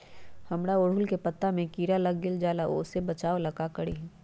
हमरा ओरहुल के पत्ता में किरा लग जाला वो से बचाबे ला का करी?